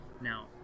Now